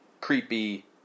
creepy